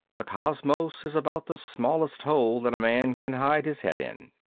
the cosmos is about the smallest hole that a man can hide his head in.